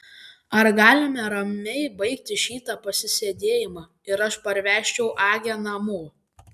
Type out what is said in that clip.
ar galime ramiai baigti šitą pasisėdėjimą ir aš parvežčiau agę namo